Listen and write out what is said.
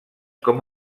com